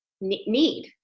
need